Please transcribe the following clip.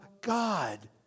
God